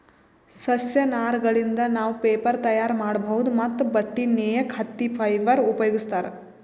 ಸಸ್ಯ ನಾರಗಳಿಂದ್ ನಾವ್ ಪೇಪರ್ ತಯಾರ್ ಮಾಡ್ಬಹುದ್ ಮತ್ತ್ ಬಟ್ಟಿ ನೇಯಕ್ ಹತ್ತಿ ಫೈಬರ್ ಉಪಯೋಗಿಸ್ತಾರ್